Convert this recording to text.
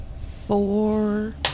Four